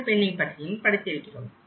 underpinning பற்றியும் படித்திருக்கிறோம்